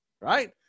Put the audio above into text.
right